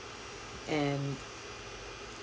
and